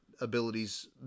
abilities